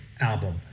album